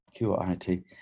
qit